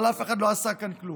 אבל אף אחד לא עשה כאן כלום,